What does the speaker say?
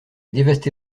dévasté